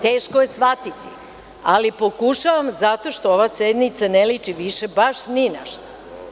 Teško je shvatiti, ali pokušavam zato što ova sednica ne liči viš baš ni na šta.